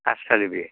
caste certificate